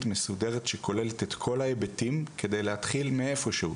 מסודרת שכוללת את כל ההיבטים כדי להתחיל מאיפשהו.